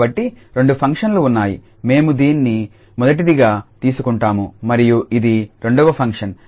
కాబట్టి రెండు ఫంక్షన్లు ఉన్నాయి మేము దీన్ని మొదటిదిగా తీసుకుంటాము మరియు ఇది రెండవ ఫంక్షన్